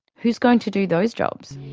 who's going to do those jobs?